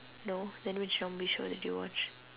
no then which zombie show did you watch